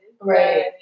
Right